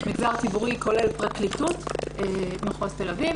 במגזר הציבורי זה כולל את פרקליטות מחוז תל אביב